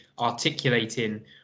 Articulating